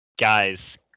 guys